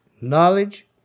knowledge